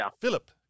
Philip